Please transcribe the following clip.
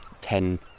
ten